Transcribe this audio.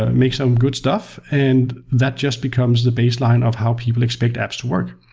make some good stuff, and that just becomes the baseline of how people expect apps to work.